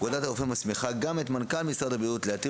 פקודת הרופאים מסמיכה גם את מנכ"ל משרד הבריאות להתיר